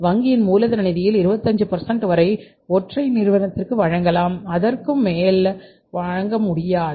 வங்கியின் மூலதன நிதியில் 25 வரை ஒற்றை நிறுவனத்திற்கு வழங்கலாம் ஆனால் அதற்குமேல் வழங்க முடியாது